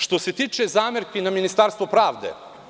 Što se tiče zamerke na Ministarstvo pravde.